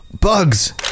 Bugs